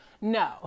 No